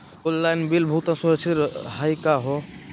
Online bill भुगतान सुरक्षित हई का हो?